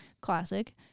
classic